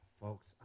Folks